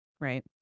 Right